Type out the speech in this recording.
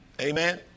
Amen